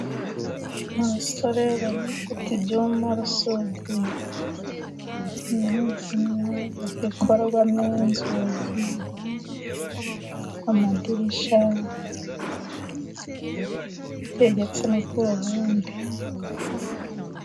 Abasore bari gukata ibyuma basudira. Ibi ni ibyuma bikorwamo inzugi, amadirishya, byegetse no ku ruhande.